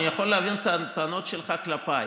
אני יכול להבין את הטענות שלך כלפיי,